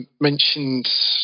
mentioned